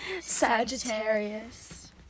Sagittarius